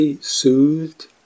soothed